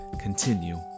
Continue